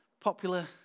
popular